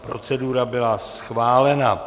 Procedura byla schválena.